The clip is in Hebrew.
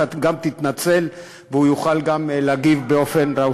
אתה תתנצל והוא יוכל להגיב באופן ראוי.